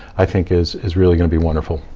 i think, is is really gonna be wonderful.